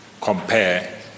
compare